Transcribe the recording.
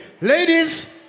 Ladies